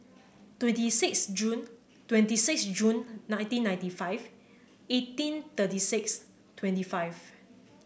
twenty six Jun twenty six Jun nineteen ninety five eighteen thirty six twenty five